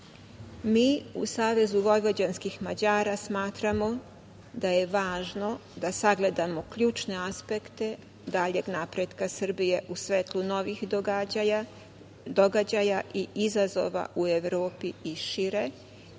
u Savezu vojvođanskih Mađara smatramo da je važno da sagledamo ključne aspekte daljeg napretka Srbije u svetlu novih događaja i izazova u Evropi i šire,